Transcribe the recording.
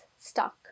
stuck